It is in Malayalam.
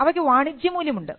അവയ്ക്ക് വാണിജ്യ മൂല്യമുണ്ട്